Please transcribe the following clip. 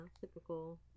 typical